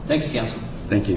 thank you thank you